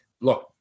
Look